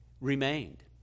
remained